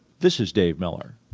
this is dave miller.